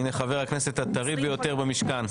הנה, חבר הכנסת הטרי ביותר במשכן.